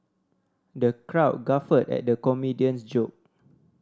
the crowd guffawed at the comedian's joke